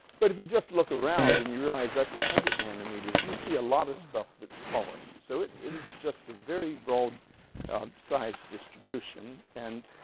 but if you just look around, in your eyes that's one hundred nanometers, you see a lot of stuff that's smaller. so it it is just a very broad size distribution. and